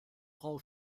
frau